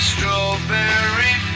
Strawberry